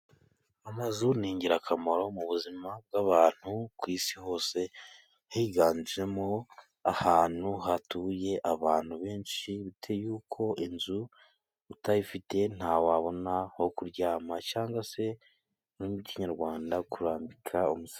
Amazu ni ingirakamaro mu buzima bw'abantu ku isi hose, higanjemo ahantu hatuye abantu benshi, bitewe n'uko inzu utayifitiye nta bwo wabona aho kuryama cyangwa se mu ururimi rw'Ikinyarwanda aho kurambika umusaya.